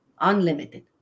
Unlimited